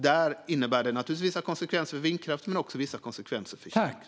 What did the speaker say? Detta innebär vissa konsekvenser för vindkraften men också vissa konsekvenser för kärnkraft.